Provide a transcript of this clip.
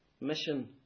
Mission